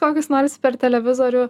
kokius nors per televizorių